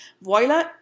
Voila